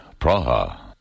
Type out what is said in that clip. Praha